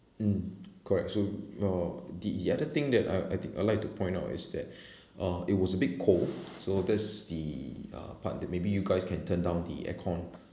mm correct so uh the other thing that I I think I'd like to point out is that uh it was a bit cold so that's the uh part that maybe you guys can turn down the air con